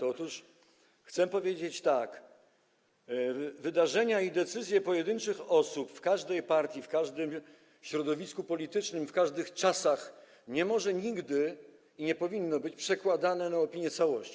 Otóż chcę powiedzieć tak: wydarzenia i decyzje pojedynczych osób w żadnej partii, w żadnym środowisku politycznym, w żadnych czasach, nigdy, nie mogą i nie powinny być przekładane na opinię całości.